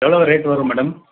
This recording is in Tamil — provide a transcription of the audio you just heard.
எவ்வளோ ரேட் வரும் மேடம்